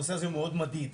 הנושא הזה מאוד מדאיג.